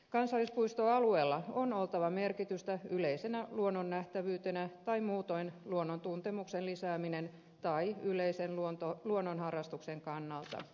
kansallispuistoalueella on oltava merkitystä yleisenä luonnonnähtävyytenä tai muutoin luonnontuntemuksen lisäämisen tai yleisen luonnonharrastuksen kannalta